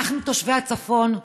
אנחנו, תושבי הצפון,